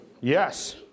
Yes